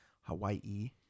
hawaii